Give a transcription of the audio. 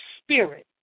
spirit